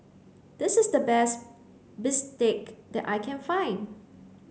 this is the best bistake that I can find